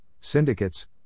syndicates